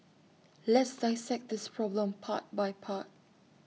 let's dissect this problem part by part